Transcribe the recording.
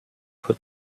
put